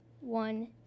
one